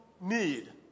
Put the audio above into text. need